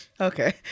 okay